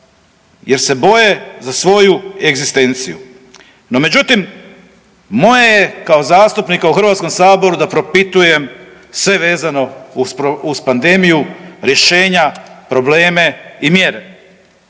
jer se boje za svoju egzistenciju. No međutim moje je kao zastupnika u HS da propitujem sve vezano uz pandemiju, rješenja, probleme i mjere.